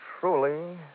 truly